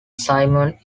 simone